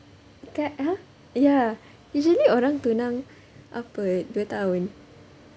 dekat !huh! ya usually orang tunang apa dua tahun